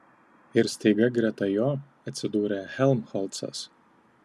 ir staiga greta jo atsidūrė helmholcas